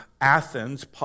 Athens